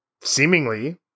seemingly